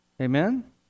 Amen